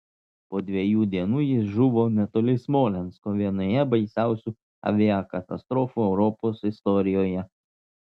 po dviejų dienų jis žuvo netoli smolensko vienoje baisiausių aviakatastrofų europos istorijoje